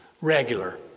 regular